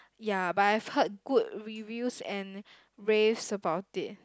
ya but I've heard good reviews and raves about it